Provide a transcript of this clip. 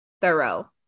thorough